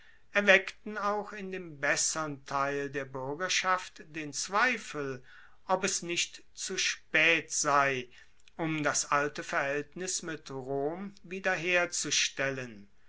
erweckten auch in dem bessern teil der buergerschaft den zweifel ob es nicht zu spaet sei um das alte verhaeltnis mit rom wiederherzustellen